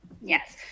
Yes